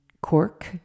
Cork